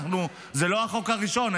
זה לא החוק הראשון,